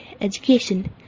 education